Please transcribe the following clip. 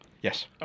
Yes